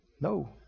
No